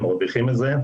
הם מרוויחים מזה.